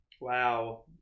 Wow